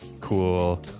cool